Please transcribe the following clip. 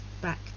back